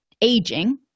aging